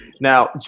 Now